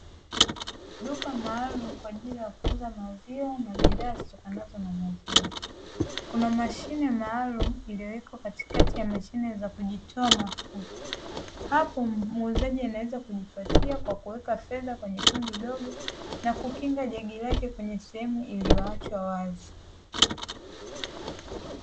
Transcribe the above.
Duka maalumu kwa ajili ya kuuza maziwa na bidhaa zinazotokana na maziwa, kuna mashine maalumu iliyowekwa katika mashine za kujitoa hapo muuzaji anaweza kujipatia kwa kuweka fedha kwenye tundu dogo, na kukinga jagi lake kwenye sehemu iliyoachwa wazi.